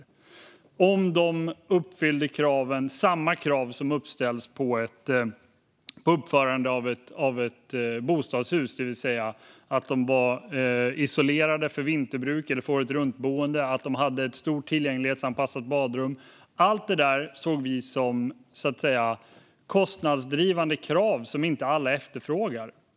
Det var bara de som uppfyllde samma krav som ställs vid uppförandet av ett bostadshus, det vill säga att de var isolerade för åretruntboende och hade ett stort, tillgänglighetsanpassat badrum. Allt det såg vi som kostnadsdrivande krav på saker som inte alla efterfrågar.